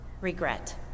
regret